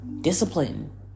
discipline